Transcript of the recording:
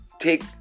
take